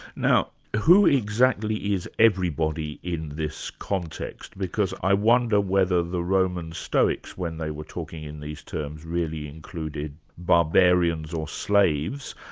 now who exactly is everybody in this contest? because i wonder whether the roman stoics, when they were talking in these terms, really included barbarians or slaves,